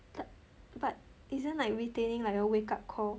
but but isn't like retaining like a wake up call